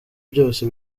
byose